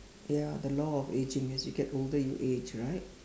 ya the law of ageing as you get older you age right